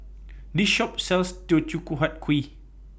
This Shop sells Teochew Huat Kuih